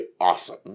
awesome